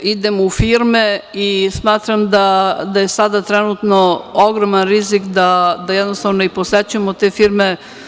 Idemo u firme i smatram da je sada trenutno ogroman rizik da jednostavno i posećujemo te firme.